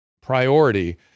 priority